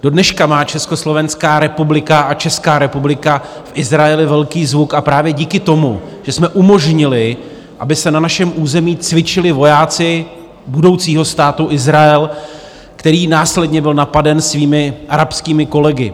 Dodneška má Československá republika a Česká republika v Izraeli velký zvuk a právě díky tomu, že jsme umožnili, aby se na našem území cvičili vojáci budoucího Státu Izrael, který následně byl napaden svými arabskými kolegy.